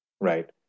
right